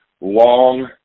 long